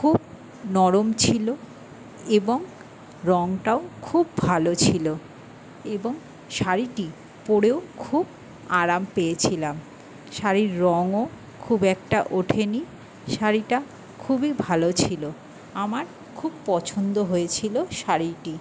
খুব নরম ছিলো এবং রঙটাও খুব ভালো ছিলো এবং শাড়িটি পরেও খুব আরাম পেয়েছিলাম শাড়ির রঙও খুব একটা ওঠে নি শাড়িটা খুবই ভালো ছিলো আমার খুব পছন্দ হয়েছিলো শাড়িটি